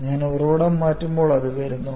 ഞാൻ ഉറവിടം മാറ്റുമ്പോൾ അത് വരുന്നു